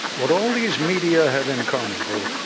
what all these media had in common, though,